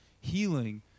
healing